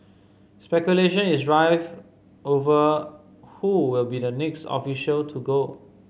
speculation is rife over who will be the next official to go